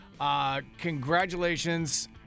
Congratulations